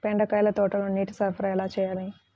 బెండకాయ తోటలో నీటి సరఫరా ఎలా చేయాలి?